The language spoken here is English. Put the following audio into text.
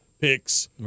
picks